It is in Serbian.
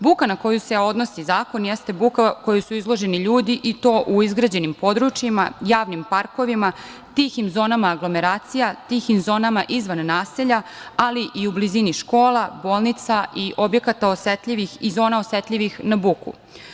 Buka na koju se odnosi zakon jeste buka kojoj su izloženi ljudi i to u izgrađenim područjima, javnim parkovima, tihim zonama anglomeracija, tihim zonama izvan naselja, ali i u blizini škola, bolnica i zona osetljivih na buku.